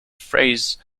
phrase